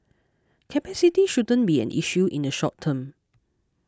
capacity shouldn't be an issue in the short term